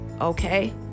Okay